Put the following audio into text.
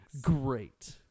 Great